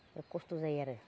बे खस्थ' जायो आरो